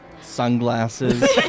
sunglasses